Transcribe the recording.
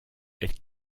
elle